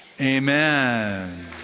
Amen